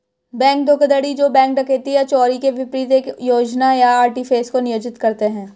bank धोखाधड़ी जो bank डकैती या चोरी के विपरीत एक योजना या आर्टिफिस को नियोजित करते हैं